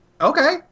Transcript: Okay